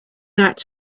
not